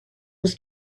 was